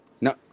No